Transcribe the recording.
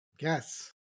yes